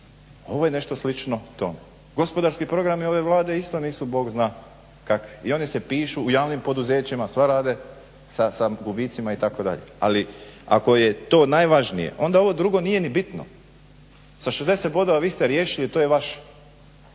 Ovo je nešto slično tome. Gospodarski programi je ovo Vlade isto nisu bog zna kakvi i oni se pišu u javnim poduzećima sva rade sa gubicima itd. ali ako je to najvažnije onda ovo drugo nije ni bitno. Sa 60 bodova vi ste riješili, to je vaš,